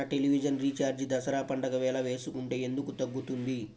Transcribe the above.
మన television recharge Dasara పండగ వేళ వేసుకుంటే ఎందుకు తగ్గుతుంది?